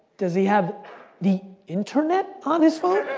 does he have the internet on his phone?